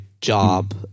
job